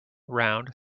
round